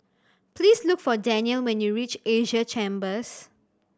please look for Danyel when you reach Asia Chambers